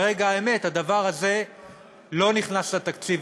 ברגע האמת הדבר הזה לא נכנס לתקציב.